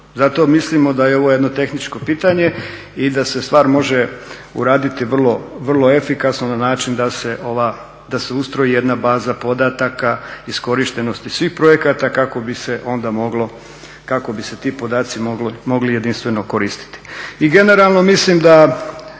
Zato mislimo da je ovo jedno tehničko pitanje i da se stvar može uraditi vrlo efikasno na način da se ustroji jedna baza podataka iskorištenosti svih projekata kako bi se onda moglo, kako bi se ti podaci mogli jedinstveno koristiti.